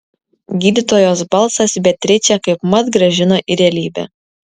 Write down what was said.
gydytojos balsas beatričę kaipmat grąžino į realybę